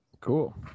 cool